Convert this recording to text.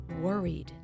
worried